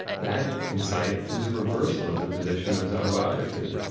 that insight was a reversal of the position of his autobiography,